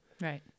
Right